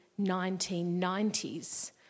1990s